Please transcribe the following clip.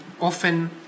often